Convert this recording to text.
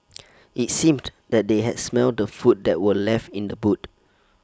IT seemed that they had smelt the food that were left in the boot